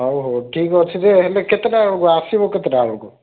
ହଉ ହଉ ଠିକ୍ ଅଛି ଯେ ହେଲେ କେତେଟା ବେଳକୁ ଆସିବ କେତେଟା ବେଳକୁ